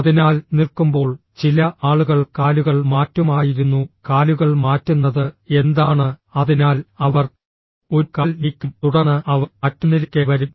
അതിനാൽ നിൽക്കുമ്പോൾ ചില ആളുകൾ കാലുകൾ മാറ്റുമായിരുന്നു കാലുകൾ മാറ്റുന്നത് എന്താണ് അതിനാൽ അവർ ഒരു കാൽ നീക്കും തുടർന്ന് അവർ മറ്റൊന്നിലേക്ക് വരും